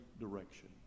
direction